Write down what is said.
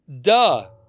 Duh